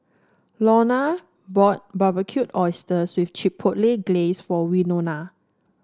Launa bought Barbecued Oysters with Chipotle Glaze for Winona